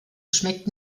schmeckt